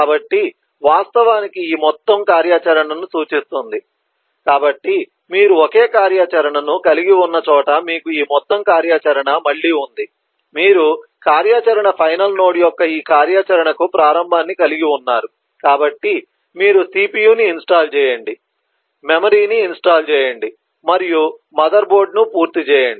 కాబట్టి వాస్తవానికి ఈ మొత్తం కార్యాచరణను సూచిస్తుంది కాబట్టి మీరు ఒకే కార్యాచరణను కలిగి ఉన్న చోట మీకు ఈ మొత్తం కార్యాచరణ మళ్ళీ ఉంది మీరు కార్యాచరణ ఫైనల్ నోడ్ యొక్క ఈ కార్యాచరణకు ప్రారంభాన్ని కలిగి ఉన్నారు కాబట్టి మీరు CPU ని ఇన్స్టాల్ చేయండి మెమరీని ఇన్స్టాల్ చేయండి మరియు మదర్ బోర్డ్ను పూర్తి చేయండి